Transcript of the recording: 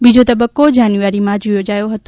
બીજો તબક્કો જાન્યુઆરીમાં યોજાયો હતો